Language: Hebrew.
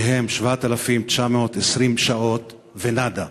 שהן 7,920 שעות, ונאדה.